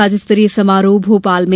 राज्य स्तरीय समारोह भोपाल में